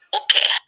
Okay